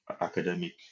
academic